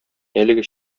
әлеге